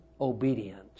obedience